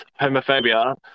homophobia